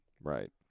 right